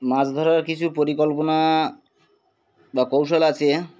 মাছ ধরার কিছু পরিকল্পনা বা কৌশল আছে